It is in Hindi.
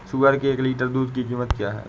सुअर के एक लीटर दूध की कीमत क्या है?